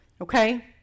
Okay